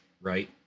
right